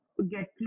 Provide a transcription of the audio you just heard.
get